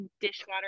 dishwater